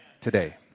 today